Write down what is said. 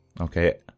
Okay